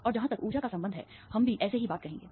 और जहां तक ऊर्जा का संबंध है हम भी ऐसी ही बात कहेंगे